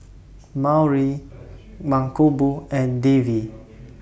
Mankombu and Devi